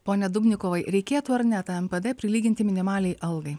pone dubnikovai reikėtų ar ne tą npd prilyginti minimaliai algai